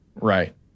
Right